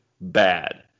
bad